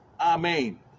amen